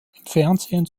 fernsehen